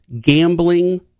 gambling